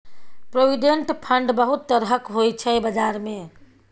provident fund बहुत तरहक होइ छै बजार मे